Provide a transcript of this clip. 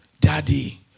Daddy